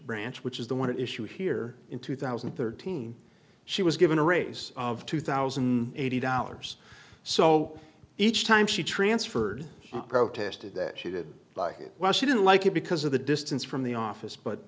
branch which is the one issue here in two thousand and thirteen she was given a raise of two thousand eighty dollars so each time she transferred protested that she didn't like it well she didn't like it because of the distance from the office but